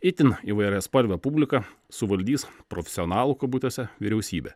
itin įvairiaspalvė publika suvaldys profesionalų kabutėse vyriausybę